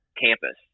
campus